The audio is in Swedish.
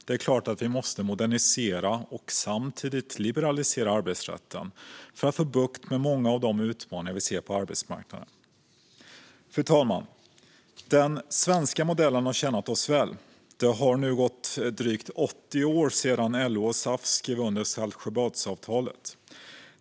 Det är klart att vi måste modernisera och samtidigt liberalisera arbetsrätten för att få bukt med många av de utmaningar vi ser på arbetsmarknaden. Fru talman! Den svenska modellen har tjänat oss väl. Det har nu gått drygt 80 år sedan LO och SAF skrev under Saltsjöbadsavtalet.